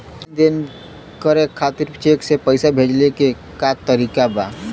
लेन देन करे खातिर चेंक से पैसा भेजेले क तरीकाका बा?